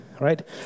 Right